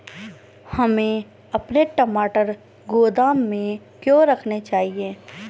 हमें अपने टमाटर गोदाम में क्यों रखने चाहिए?